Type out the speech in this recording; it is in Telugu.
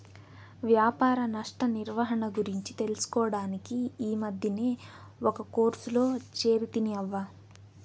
వ్యాపార నష్ట నిర్వహణ గురించి తెలుసుకోడానికి ఈ మద్దినే ఒక కోర్సులో చేరితిని అవ్వా